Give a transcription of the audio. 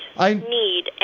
need